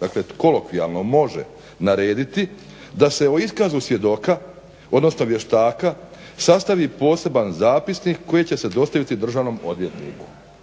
dakle kolokvijalno može narediti da se o iskazu svjedoka, odnosno vještaka sastavi poseban zapisnik koji će se dostaviti državnom odvjetniku.